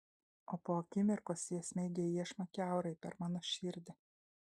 o po akimirkos jie smeigia iešmą kiaurai per mano širdį